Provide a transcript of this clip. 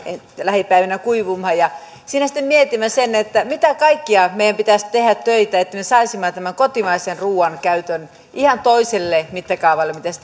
lähipäivinä kuivumaan ja siinä sitten mietimme sitä mitä kaikkia töitä meidän pitäisi tehdä että me saisimme tämän kotimaisen ruuan käytön ihan toiseen mittakaavaan kuin se